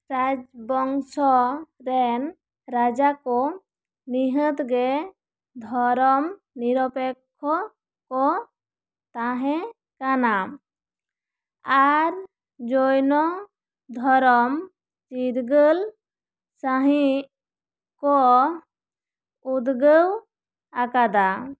ᱨᱟᱡᱽᱵᱚᱝᱥᱚ ᱨᱮᱱ ᱨᱟᱡᱟ ᱠᱚ ᱱᱤᱦᱟᱹᱛᱜᱮ ᱫᱷᱚᱨᱚᱢ ᱱᱤᱨᱚᱯᱮᱠᱷᱚ ᱠᱚ ᱛᱟᱦᱮᱸᱠᱟᱱᱟ ᱟᱨ ᱡᱚᱭᱱᱚ ᱫᱷᱚᱨᱚᱢ ᱪᱤᱨᱜᱟᱹᱞ ᱥᱟᱹᱦᱤᱡ ᱠᱚ ᱩᱫᱽᱜᱟᱹᱣ ᱟᱠᱟᱫᱟ